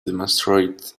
demonstrate